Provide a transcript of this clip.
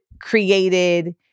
created